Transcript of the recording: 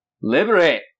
Liberate